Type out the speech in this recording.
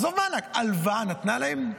עזוב מענק, הלוואה היא נתנה להם?